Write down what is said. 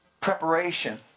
Preparation